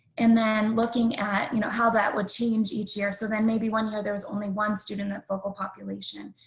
and then looking at you know how that would change each year. so then maybe one year there was only one student that focal population.